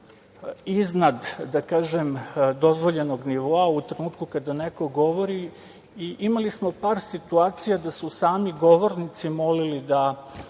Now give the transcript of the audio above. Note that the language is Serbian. iznad dozvoljenog nivoa u trenutku kada neko govori i imali smo par situacija da su sami govornici molili